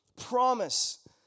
promise